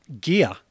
gear